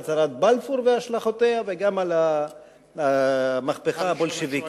הצהרת בלפור והשלכותיה וגם על המהפכה הבולשביקית.